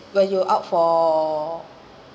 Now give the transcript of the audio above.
where you're out for